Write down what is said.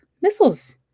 missiles